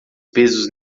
pesos